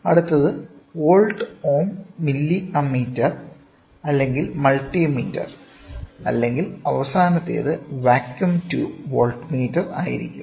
അടുത്തത് volt ohm milli ammeter അല്ലെങ്കിൽ multimeter അല്ലെങ്കിൽ അവസാനത്തേത് വാക്വം ട്യൂബ് വോൾട്ട്മീറ്റർ ആയിരിക്കും